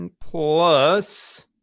Plus